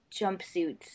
jumpsuits